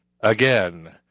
again